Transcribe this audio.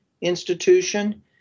institution